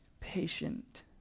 patient